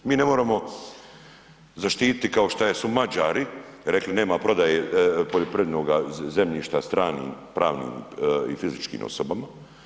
Mi ne moramo zaštiti kao što su Mađari rekli, nema prodaje poljoprivrednoga zemljišta stranim pravnim i fizičkim osobama.